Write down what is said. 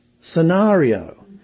scenario